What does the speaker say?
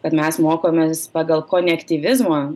kad mes mokomės pagal konektyvizmo